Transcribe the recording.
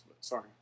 Sorry